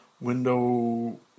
Window